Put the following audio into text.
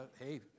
Hey